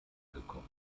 gekommen